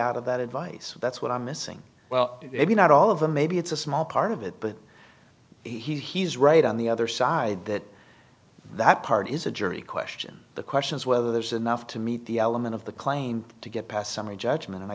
out of that advice that's what i'm missing well maybe not all of them maybe it's a small part of it but he's right on the other side that that part is a jury question the question is whether there's enough to meet the element of the claim to get past summary judgment and i